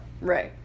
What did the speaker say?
right